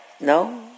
No